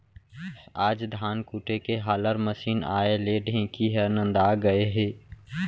आज धान कूटे के हालर मसीन आए ले ढेंकी ह नंदा गए हे